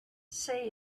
say